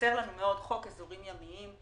חסר לנו מאוד חוק אזורים ימיים.